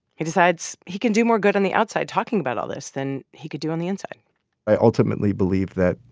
he decides he can do more good on the outside talking about all this than he could do on the inside i ultimately believe that,